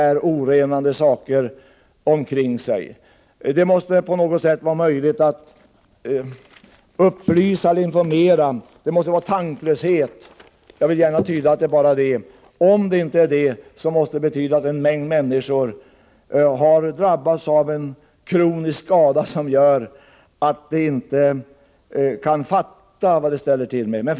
Det måste väl vara möjligt att på något sätt informera om detta, eftersom dessa människors handlande måste bero på tanklöshet. Jag vill åtminstone tyda det så. Om det inte beror på tanklöshet, måste det betyda att en mängd människor har drabbats av en kronisk skada som gör att de inte kan fatta vad de ställer till med.